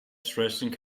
dressing